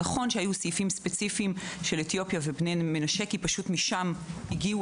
נכון שהיו סעיפים ספציפיים של אתיופיה ובני המנשה כי משם הגיעו